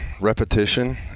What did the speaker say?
repetition